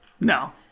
No